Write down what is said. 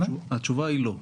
התשובה היא לא.